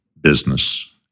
business